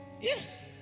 Yes